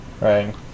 right